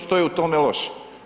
Što je u tome loše?